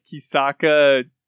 Kisaka